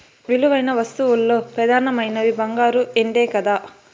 విలువైన వస్తువుల్ల పెదానమైనవి బంగారు, ఎండే కదా